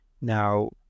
Now